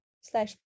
slash